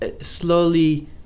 slowly